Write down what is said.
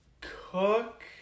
cook